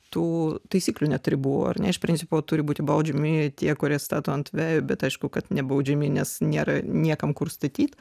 tų taisyklių net ribų ar ne iš principo turi būti baudžiami tie kurie stato ant vejų bet aišku kad nebaudžiami nes nėra niekam kur statyt